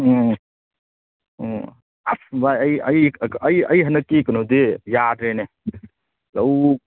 ꯎꯝ ꯎꯝ ꯑꯁ ꯕꯥꯏ ꯑꯩ ꯑꯩ ꯑꯩ ꯑꯩ ꯍꯟꯗꯛꯀꯤ ꯀꯩꯅꯣꯗꯤ ꯌꯥꯗ꯭ꯔꯦꯅꯦ ꯂꯧ